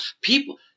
people